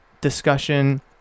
discussion